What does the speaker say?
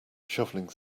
shoveling